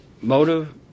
motive